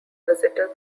visitor